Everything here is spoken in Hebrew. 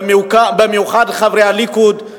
במיוחד חברי הליכוד,